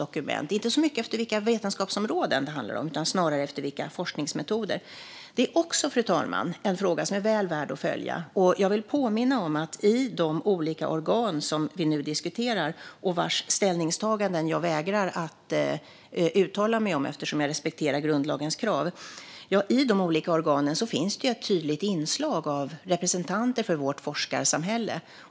Det handlar inte så mycket om utifrån vilka vetenskapsområden det gäller utan snarare vilka forskningsmetoder man använder. Även detta, fru talman, är en fråga som är väl värd att följa. Jag vill påminna om att i de olika organ som vi nu diskuterar och vars ställningstaganden jag vägrar att uttala mig om eftersom jag respekterar grundlagens krav finns ett tydligt inslag av representanter för vårt forskarsamhälle.